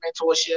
mentorship